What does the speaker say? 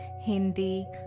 Hindi